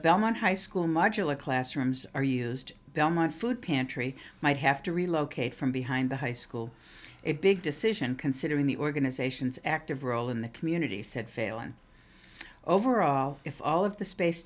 belmont high school modular classrooms are used belmont food pantry might have to relocate from behind the high school a big decision considering the organization's active role in the community said failon overall if all of the space